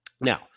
Now